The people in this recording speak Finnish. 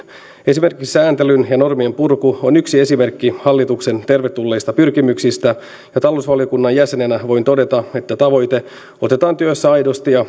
esimerkiksi sääntelyn ja normien purku on yksi esimerkki hallituksen tervetulleista pyrkimyksistä ja talousvaliokunnan jäsenenä voin todeta että tavoite otetaan työssä aidosti